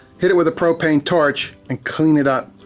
hit it with a propane torch, and clean it up,